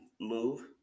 move